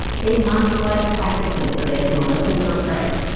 they must fly silently so they can listen for prey.